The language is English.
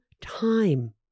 time